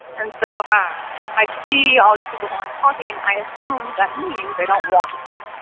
and so if i i see all these people who aren't talking, i assume that means they don't want to talk.